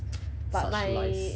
such lies